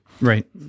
Right